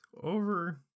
over